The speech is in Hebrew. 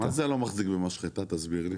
מה זה לא מחזיק במשחטה תסביר לי?